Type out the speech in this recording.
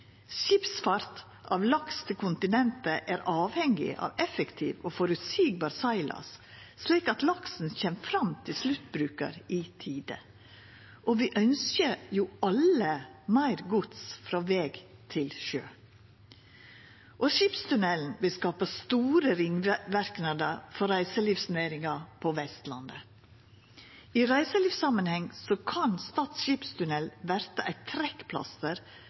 Skipsfart av laks til kontinentet er avhengig av effektiv og føreseieleg seglas, slik at laksen kjem fram til sluttbrukaren i tide. Og vi ønskjer jo alle meir gods frå veg til sjø. Skipstunnelen vil skapa store ringverknader for reiselivsnæringa på Vestlandet. I reiselivssamanheng kan Stad skipstunnel verta eit trekkplaster